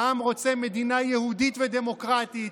העם רוצה מדינה יהודית ודמוקרטית.